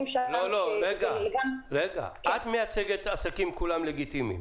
--- את מייצגת עסקים שכולם לגיטימיים,